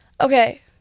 okay